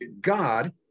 God